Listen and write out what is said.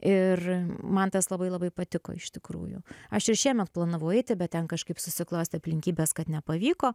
ir man tas labai labai patiko iš tikrųjų aš ir šiemet planavau eiti bet ten kažkaip susiklostė aplinkybės kad nepavyko